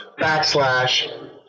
backslash